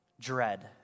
dread